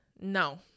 No